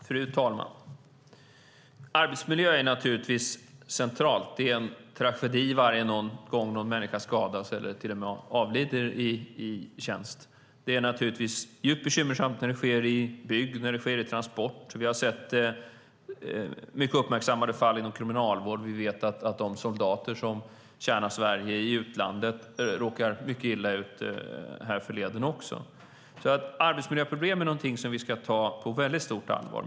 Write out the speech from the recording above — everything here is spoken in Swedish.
Fru talman! Arbetsmiljön är central. Det är en tragedi varje gång en människa skadas eller till och med avlider i tjänsten. Det är naturligtvis djupt bekymmersamt när det sker i bygg och transportbranschen. Vi har sett mycket uppmärksammade fall inom kriminalvården. Vi vet att de soldater som tjänar Sverige i utlandet härförleden har råkat mycket illa ut. Arbetsmiljöproblem är något vi ska ta på stort allvar.